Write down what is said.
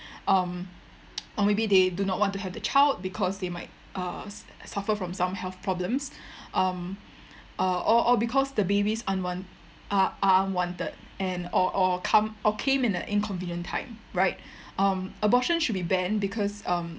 um or maybe they do not want to have the child because they might uh s~ suffer from some health problems um uh or or because the babies unwan~ are are unwanted and or or come or came in a inconvenient time right um abortion should be banned because um